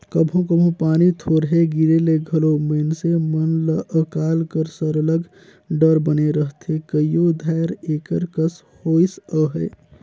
कभों कभों पानी थोरहें गिरे ले घलो मइनसे मन ल अकाल कर सरलग डर बने रहथे कइयो धाएर एकर कस होइस अहे